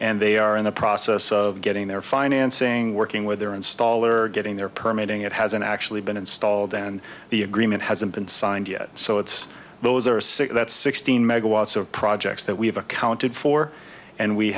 and they are in the process of getting their financing working with their installer or getting their permeating it hasn't actually been installed and the agreement hasn't been signed yet so it's those are sick that's sixteen megawatts of projects that we've accounted for and we